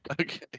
Okay